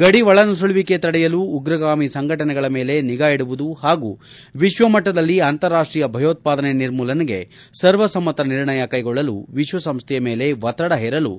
ಗಡಿ ಒಳನುಸುಳುವಿಕೆ ತಡೆಯಲು ಉಗ್ರಗಾಮಿ ಸಂಘಟನೆಗಳ ಮೇಲೆ ನಿಗಾ ಇಡುವುದು ಹಾಗೂ ವಿಶ್ವಮಟ್ಟದಲ್ಲಿ ಅಂತಾರಾಷ್ಟೀಯ ಭಯೋತ್ವಾದನೆ ನಿರ್ಮೂಲನೆಗೆ ಸರ್ವಸಮ್ಮತ ನಿರ್ಣಯ ಕೈಗೊಳ್ಳಲು ವಿಶ್ವಸಂಸ್ದೆಯ ಮೇಲೆ ಒತ್ತದ ಹೇರಲು